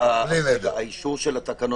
האישור של התקנות,